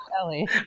Ellie